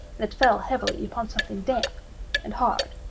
and it fell heavily upon something damp and hard.